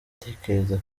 ndatekereza